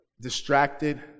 distracted